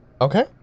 Okay